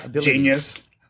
Genius